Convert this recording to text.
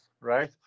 right